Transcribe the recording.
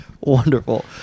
Wonderful